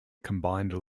combined